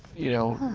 you know,